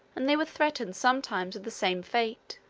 and they were threatened sometimes with the same fate.